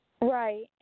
Right